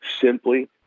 simply